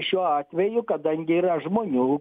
šiuo atveju kadangi yra žmonių